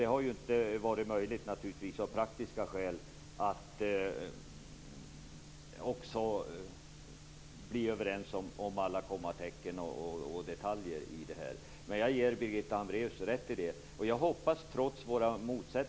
Det har av praktiska skäl naturligtvis inte varit möjligt att bli överens om alla kommatecken och detaljer i fördraget. Jag ger Birgitta Hambraeus rätt i det.